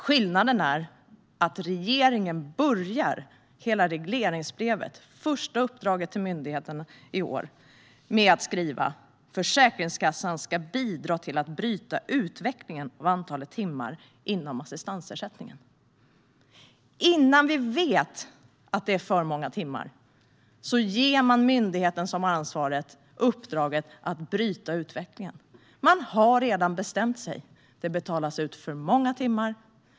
Skillnaden är att regeringen börjar hela regleringsbrevet - årets första uppdrag till myndigheten - med skrivningen: "Försäkringskassan ska bidra till att bryta utvecklingen av antalet timmar inom assistansersättningen." Innan vi vet att det är för många timmar ger man alltså ansvarig myndighet i uppdrag att bryta utvecklingen. Man har redan bestämt sig: Det betalas ut för många timmar.